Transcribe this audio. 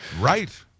Right